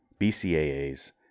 BCAAs